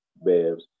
Babs